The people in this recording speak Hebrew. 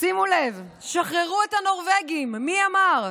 שימו לב, שחררו את הנורבגים, מי אמר?